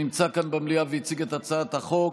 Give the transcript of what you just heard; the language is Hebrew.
שנמצא כאן במליאה והציג את הצעת החוק.